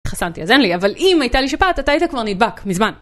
החסנתי אז אין לי, אבל אם הייתה לי שפעת, אתה היית כבר נדבק מזמן